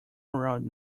around